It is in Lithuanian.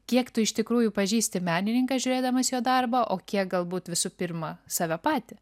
kiek tu iš tikrųjų pažįsti menininką žiūrėdamas jo darbą o kiek galbūt visų pirma save patį